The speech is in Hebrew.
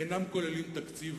שאינם כוללים תקציב